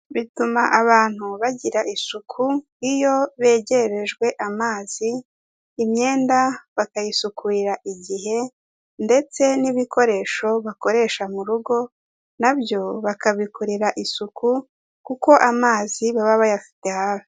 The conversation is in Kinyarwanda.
Bituma abantu bagira isuku iyo begerejwe amazi, imyenda bakayisukurira igihe ndetse n'ibikoresho bakoresha mu rugo na byo bakabikorera isuku kuko amazi baba bayafite hafi.